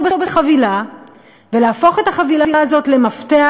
בחבילה ולהפוך את החבילה הזאת למפתח,